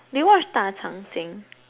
do you watch 大长今